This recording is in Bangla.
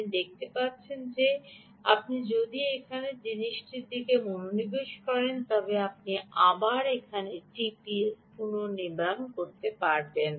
আপনি দেখতে পাচ্ছেন যে আপনি যদি এখানে এই জিনিসটির দিকে মনোনিবেশ করেন তবে আমি আবার আপনার জন্য এই টিপিএস পুনর্নির্মাণ করব